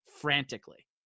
frantically